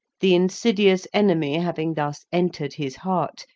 the insidious enemy having thus entered his heart,